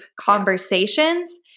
conversations